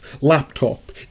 laptop